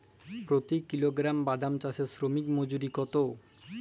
প্রতি কিলোগ্রাম বাদাম চাষে শ্রমিক মজুরি কত?